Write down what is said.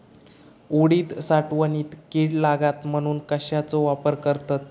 उडीद साठवणीत कीड लागात म्हणून कश्याचो वापर करतत?